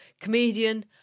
Comedian